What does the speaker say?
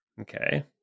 Okay